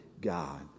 god